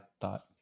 thought